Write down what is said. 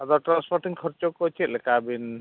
ᱟᱫᱚ ᱴᱨᱟᱱᱥᱯᱳᱨᱴᱤᱝ ᱠᱷᱚᱨᱪᱟ ᱪᱮᱫᱞᱮᱠᱟ ᱵᱤᱱ